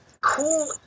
cool